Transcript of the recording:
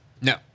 No